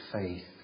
faith